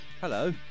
Hello